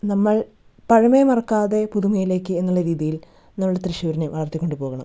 നമ്മൾ പഴമയെ മറക്കാതെ പുതുമയിലേക്ക് എന്നുള്ള രീതിയിൽ നമ്മളുടെ തൃശ്ശൂരിനെ വളർത്തിക്കൊണ്ടു പോകണം